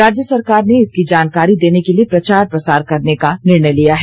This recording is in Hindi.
राज्य सरकार ने इसकी जानकारी देने के लिए प्रचार प्रसार करने का निर्णय लिया है